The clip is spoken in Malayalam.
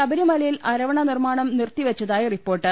ശബരിമലയിൽ അരവണ നിർമ്മാണം നിർത്തിവെച്ചതായി റിപ്പോർട്ട്